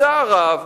בצער רב,